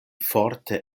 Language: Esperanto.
forte